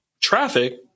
traffic